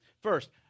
first